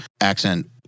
accent